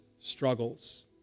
struggles